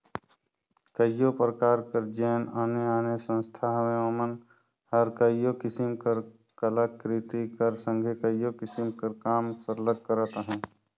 कइयो परकार कर जेन आने आने संस्था हवें ओमन हर कइयो किसिम कर कलाकृति कर संघे कइयो किसिम कर काम सरलग करत अहें